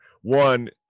one